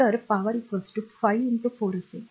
तर पॉवर 5 4 असेल